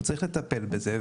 הוא יצטרך לטפל בזה,